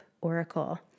oracle